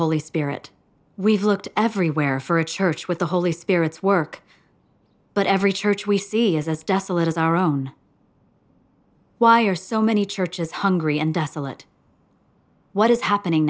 holy spirit we've looked everywhere for a church with the holy spirit's work but every church we see is as desolate as our own why are so many churches hungry and desolate what is happening